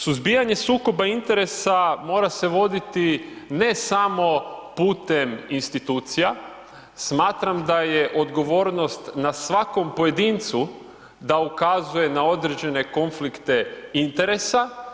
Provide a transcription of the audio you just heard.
Suzbijanje sukoba interesa mora se voditi ne samo putem institucija, smatram da je odgovornost na svakom pojedincu da ukazuje na određene konflikte interesa.